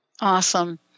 Awesome